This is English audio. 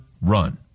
run